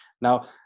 Now